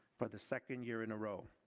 for the second year in a row.